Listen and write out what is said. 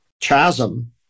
chasm